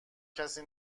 کسی